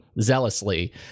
zealously